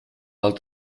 hat